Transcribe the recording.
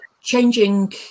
changing